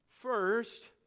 first